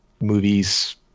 movies